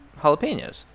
jalapenos